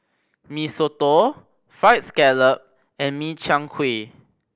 Mee Soto Fried Scallop and Min Chiang Kueh